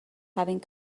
having